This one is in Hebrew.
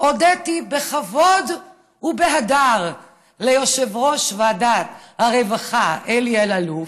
הודיתי בכבוד ובהדר ליושב-ראש ועדת הרווחה אלי אלאלוף,